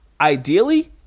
ideally